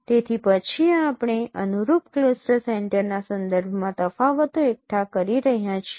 તેથી પછી આપણે અનુરૂપ ક્લસ્ટર સેન્ટરના સંદર્ભમાં તફાવતો એકઠા કરી રહ્યા છીએ